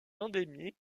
endémique